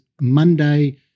Monday